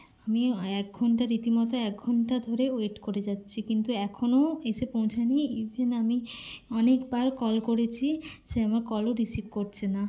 আমি এক ঘন্টা রীতিমতো এক ঘন্টা ধরে ওয়েট করে যাচ্ছি কিন্তু এখনও এসে পৌঁছয়নি ইভেন আমি অনেকবার কল করেছি সে আমার কলও রিসিভ করছে না